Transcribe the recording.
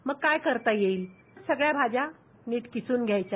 मग काय करता येईल सगळ्या भाज्या नीट किसून ध्यायच्या